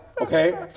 Okay